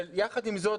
יחד עם זאת,